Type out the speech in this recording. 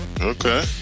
Okay